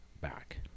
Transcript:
back